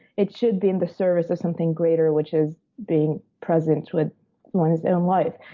it should be in the service of something greater which is being present with one's own life.